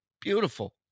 Beautiful